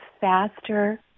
faster